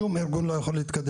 שום ארגון לא יכול להתקדם.